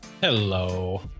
Hello